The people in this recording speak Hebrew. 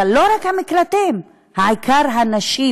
אבל לא רק המקלטים, העיקר זה הנשים,